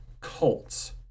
cults